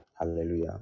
hallelujah